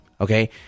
okay